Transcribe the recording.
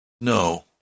No